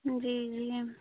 जी जी